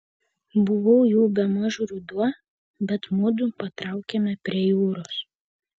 buvo jau bemaž ruduo bet mudu patraukėme prie jūros